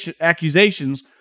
accusations